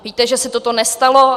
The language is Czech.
Víte, že se toto nestalo.